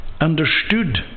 understood